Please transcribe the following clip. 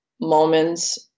moments